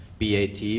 BAT